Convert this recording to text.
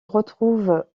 retrouve